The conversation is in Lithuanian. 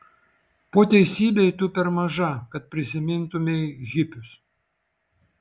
po teisybei tu per maža kad prisimintumei hipius